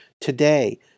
Today